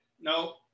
No